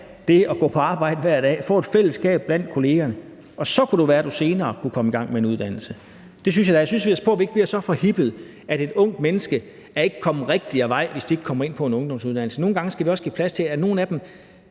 det at gå på arbejde hver dag og få et fællesskab blandt kollegaerne, og så kunne det være, at du senere kunne komme i gang med en uddannelse. Jeg synes, at vi skal passe på med at blive så forhippede på det, at vi tænker, at et ungt menneske ikke er kommet rigtigt i vej, hvis det ikke kommer ind på en ungdomsuddannelse. Nogle gange skal vi også give plads til nogle af dem,